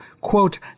quote